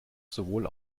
sowohl